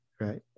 right